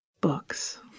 books